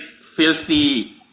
filthy